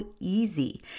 easy